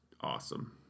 awesome